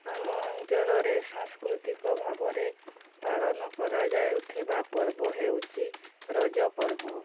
ଆମ ଅଞ୍ଚଳରେ ସାଂସ୍କୃତିକ ଭାବରେ ପାଳନ କରା ଯାଉଥିବା ପର୍ବ ହେଉଛି ରଜପର୍ବ